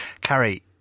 Carrie